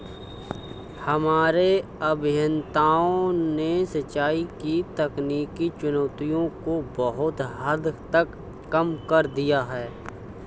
हमारे अभियंताओं ने सिंचाई की तकनीकी चुनौतियों को बहुत हद तक कम कर दिया है